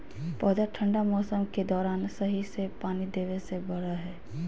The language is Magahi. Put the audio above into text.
पौधा ठंढा मौसम के दौरान और सही से पानी देबे से बढ़य हइ